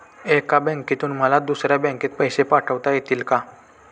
एका बँकेतून मला दुसऱ्या बँकेत पैसे पाठवता येतील का?